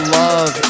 love